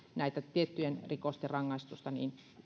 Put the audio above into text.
tiettyjen rikosten rangaistusten